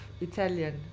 Italian